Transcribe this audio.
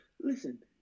Listen